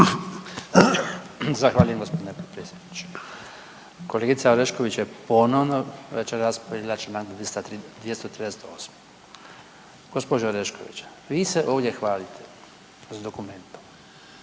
Zahvaljujem g. potpredsjedniče. Kolegica Orešković je ponovno večeras povrijedila čl. 238. Gospođo Orešković vi se ovdje hvalite s dokumentom